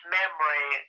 memory